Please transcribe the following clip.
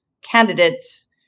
candidates